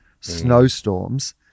snowstorms